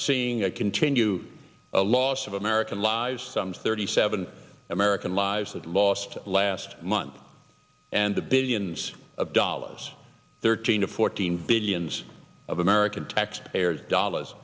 seeing a continued loss of american lives some thirty seven american lives that lost last month and the billions of dollars thirteen to fourteen billions of american taxpayers dollars